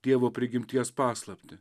dievo prigimties paslaptį